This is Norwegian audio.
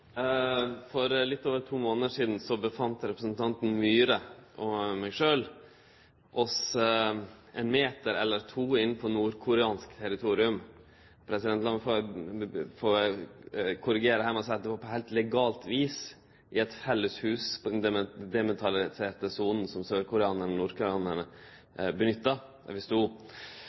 For litt over to månader sidan var representanten Myhre og eg ein meter eller to inne på nordkoreansk territorium. Lat meg få korrigere med å seie at det var på heilt legalt vis, i eit felles hus i den demilitariserte sona som sørkoreanarane og nordkoreanarane nytta. Utanfor der kunne vi sjå sørkoreanske topptrena styrker stå med hovuda sine vende mot Nord-Korea og på